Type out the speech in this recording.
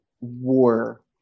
war